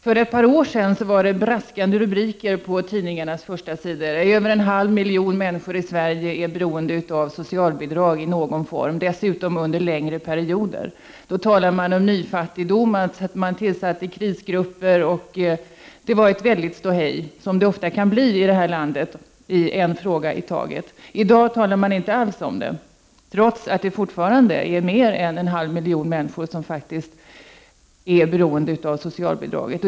För ett par år sedan var det braskande rubriker på tidningarnas första sidor: Över en halv miljon människor i Sverige är beroende av socialbidrag i någon form, dessutom under längre perioder. Då talade man om nyfattigdom, man tillsatte krisgrupper och det var ett väldigt ståhej — som det ofta kan bli i det här landet i en fråga i taget. I dag talar man inte alls om detta, trots att det fortfarande är mer än en halv miljon människor som är beroende av socialbidraget.